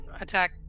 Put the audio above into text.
attack